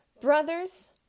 Brothers